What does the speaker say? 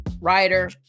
writer